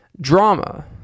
drama